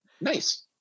Nice